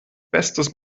bestes